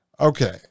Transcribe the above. Okay